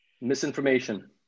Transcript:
Misinformation